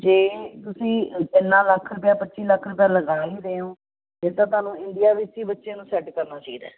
ਜੇ ਤੁਸੀਂ ਇੰਨਾ ਲੱਖ ਰੁਪਿਆ ਪੱਚੀ ਲੱਖ ਰੁਪਿਆ ਲਗਾ ਹੀ ਰਹੇ ਹੋ ਫਿਰ ਤਾਂ ਤੁਹਾਨੂੰ ਇੰਡੀਆ ਵਿੱਚ ਹੀ ਸੈੱਟ ਕਰਨਾ ਚਾਹੀਦਾ